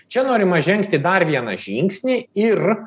čia norima žengti dar vieną žingsnį ir